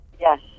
Yes